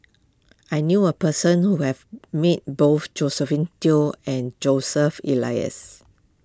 I knew a person who have meet both Josephine Teo and Joseph Elias